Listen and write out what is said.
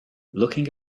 looking